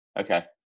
Okay